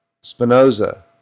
Spinoza